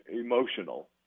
emotional